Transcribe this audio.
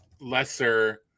lesser